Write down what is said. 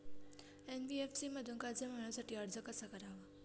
NBFC मधून कर्ज मिळवण्यासाठी अर्ज कसा करावा?